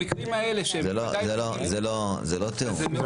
זה לא טוב.